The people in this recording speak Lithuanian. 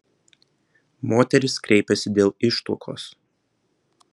moteris kreipėsi dėl ištuokos